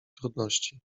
trudności